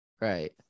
right